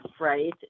right